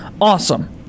awesome